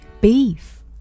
beef